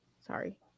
Sorry